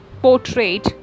portrayed